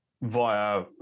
via